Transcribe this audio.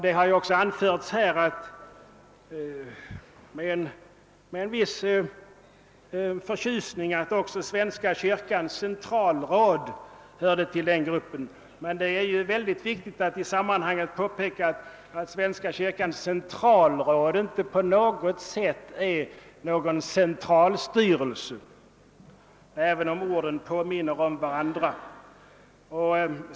Det har ju också anförts med en viss förtjusning att Svenska kyrkans centralråd hörde till den gruppen. Men det är mycket viktigt att i sammanhanget påpeka att Svenska kyrkans centralråd inte på något sätt är någon centralstyrelse, även om orden påminner om varandra.